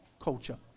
culture